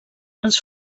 els